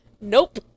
Nope